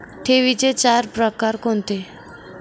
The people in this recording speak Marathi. ठेवींचे चार प्रकार कोणते?